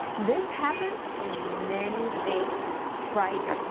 this happens in many baked, fright,